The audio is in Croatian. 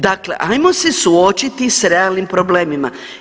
Dakle, ajmo se suočiti s realnim problemima.